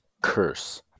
Curse